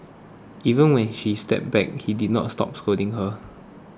even when she stepped back he didn't stop scolding her